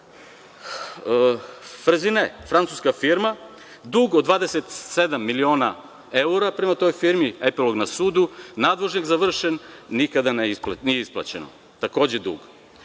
„Fresine“, francuska firma, dug od 27 miliona evra prema toj firmi, epilog na sudu, nadvožnjak završen, nikada nije isplaćeno. Takođe dug.I